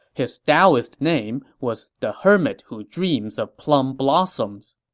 his daoist name was the hermit who dreams of plum blossoms,